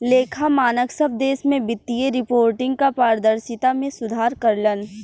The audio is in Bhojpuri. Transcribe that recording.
लेखा मानक सब देश में वित्तीय रिपोर्टिंग क पारदर्शिता में सुधार करलन